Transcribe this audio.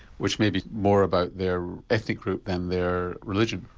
which may be more about their ethnic group than their religion?